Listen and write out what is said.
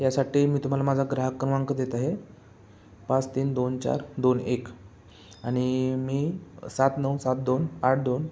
यासाठी मी तुम्हाला माझा ग्राहक क्रमांक देत आहे पाच तीन दोन चार दोन एक आणि मी सात नऊ सात दोन आठ दोन